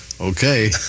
Okay